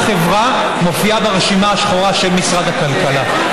חברה מופיעה ברשימה השחורה של משרד הכלכלה.